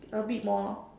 a bit more lor